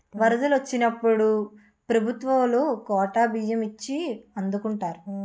వరదలు వొచ్చినప్పుడు ప్రభుత్వవోలు కోటా బియ్యం ఇచ్చి ఆదుకుంటారు